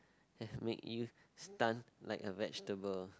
have make you stun like a vegetable